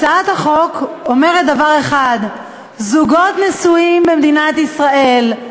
הצעת החוק אומרת דבר אחד: זוגות נשואים במדינת ישראל,